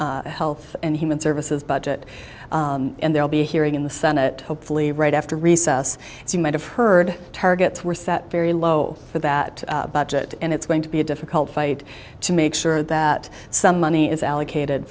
health and human services budget and there'll be a hearing in the senate hopefully right after recess as you might have heard targets were set very low for that budget and it's going to be a difficult fight to make sure that some money is allocated